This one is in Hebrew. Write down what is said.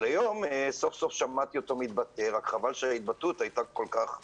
היום סוף סוף שמעתי אותו מתבטא רק חבל שההתבטאות היתה כל-כך קשה,